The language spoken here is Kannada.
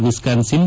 ವಿಸ್ನಾನ್ಸಿನ್